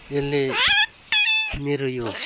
यसले मेरो यो